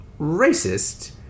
racist